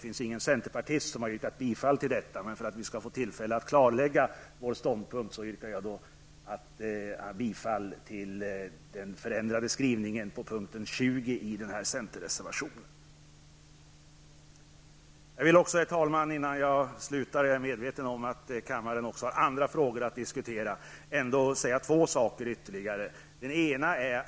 Ingen centerpartist har yrkat bifall till denna, men för att vi skall få tillfälle att klarlägga vår ståndpunkt yrkar jag bifall till den förändrade skrivningen under punkten 20 i denna centerreservation. Herr talman! Jag är medveten om att kammaren också har andra frågor att diskutera, men jag vill ändå innan jag slutar säga ytterligare ett par saker.